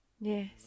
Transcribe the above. Yes